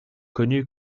connu